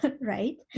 right